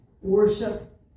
worship